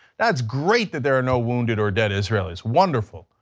that's great that there are no wounded or dead israelis, wonderful.